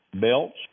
belts